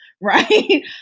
right